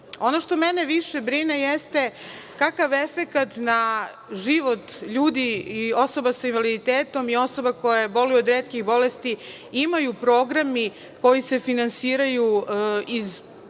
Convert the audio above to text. što mene više brine jeste kakav efekat na život ljudi i osoba sa invaliditetom i osoba koje boluju od retkih bolesti imaju programi koji se finansiraju iz